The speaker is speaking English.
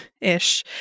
ish